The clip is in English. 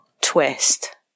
twist